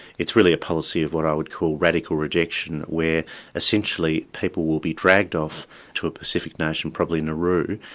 it's really a policy of what i would call radical rejection where essentially people will be dragged off to a pacific nation, probably nauru,